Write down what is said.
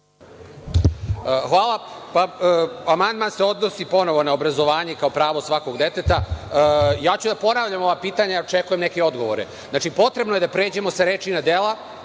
Amandman se odnosi ponovo na obrazovanje kao pravo svakog deteta. Ja ću da ponavljam ova pitanja i očekujem neke odgovore. Znači, potrebno je da pređemo sa reči na dela,